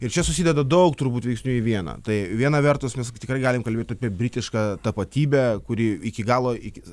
ir čia susideda daug turbūt veiksnių į vieną tai viena vertus mes tikrai galim kalbėti apie britišką tapatybę kuri iki galo iki